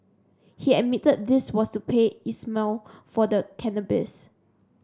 he admitted this was to pay Ismail for the cannabis